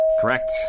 Correct